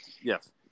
yes